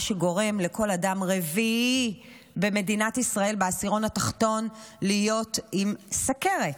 מה שגורם לכל אדם רביעי במדינת ישראל בעשירון התחתון להיות עם סוכרת.